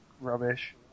rubbish